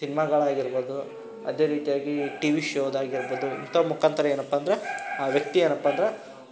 ಸಿನಿಮಾಗಳಾಗಿರ್ಬೋದು ಅದೇ ರೀತಿಯಾಗಿ ಟಿವಿ ಶೋದ್ದು ಆಗಿರ್ಬೋದು ಇಂಥವ್ ಮುಖಾಂತರ ಏನಪ್ಪ ಅಂದ್ರೆ ಆ ವ್ಯಕ್ತಿ ಏನಪ್ಪ ಅಂದ್ರೆ